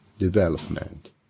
development